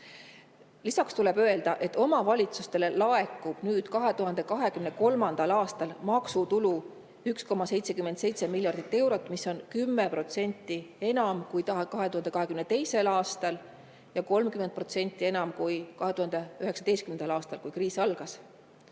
Lisaks tuleb öelda, et omavalitsustele laekub 2023. aastal maksutulu 1,77 miljardit eurot, mis on 10% enam kui 2022. aastal ja 30% enam kui 2019. aastal, kui kriis algas.